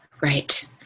Right